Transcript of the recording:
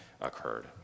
occurred